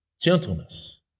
gentleness